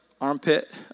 armpit